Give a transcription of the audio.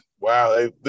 wow